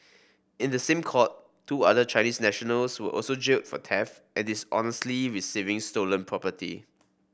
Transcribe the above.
in the same court two other Chinese nationals were also jailed for theft and dishonestly receiving stolen property